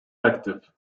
active